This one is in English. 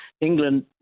England